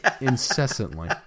incessantly